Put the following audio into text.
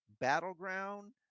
Battleground